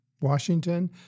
Washington